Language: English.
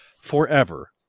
forever